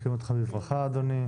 אנחנו מקבלים אותך בברכה אדוני,